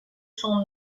son